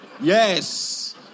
Yes